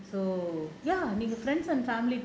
so ya I mean friends and family